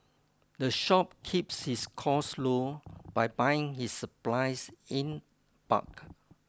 the shop keeps its costs low by buying its supplies in bulk